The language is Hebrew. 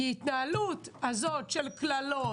ההתנהלות הזאת של קללות,